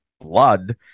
blood